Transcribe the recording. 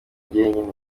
jyenyine